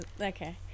okay